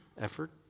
effort